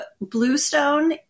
Bluestone